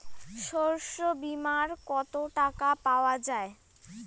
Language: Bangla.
শস্য বিমায় কত টাকা পাওয়া যায়?